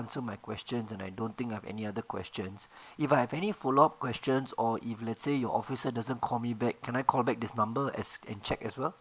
answer my question and I don't think I have any other questions if I have any follow up questions or if let's say your officer doesn't call me back can I call back this number as and check as well